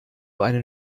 einen